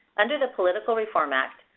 under the political reform act,